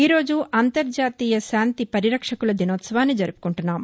ఈరోజు అంతర్జాతీయ శాంతి పరిరక్షకుల దినోత్సవాన్ని జరుపుకుంటున్నాం